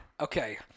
Okay